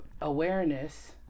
awareness